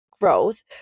growth